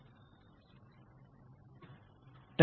तर ते पाहण्याचा एक मार्ग म्हणजे या समीकरणाकडे परत जाणे